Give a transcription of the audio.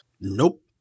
Nope